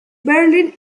berlín